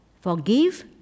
forgive